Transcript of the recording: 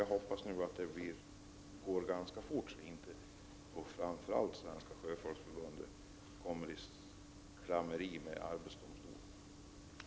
Jag hoppas därför att det går ganska fort så att inte Svenska sjöfolksförbundet behöver komma i klammeri med arbetsdomstolen.